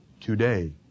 today